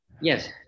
yes